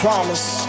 promise